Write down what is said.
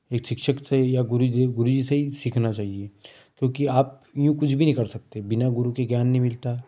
एक शिक्षक से या गुरूदेव गुरू जी से ही सीखना चाहिए क्योंकि आप यूँ कुछ भी नहीं कर सकते बिना गुरू के ज्ञान नहीं मिलता